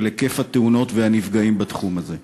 של היקף התאונות והנפגעים בתחום הזה.